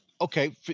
Okay